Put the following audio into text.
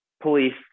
police